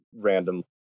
random